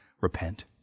Repent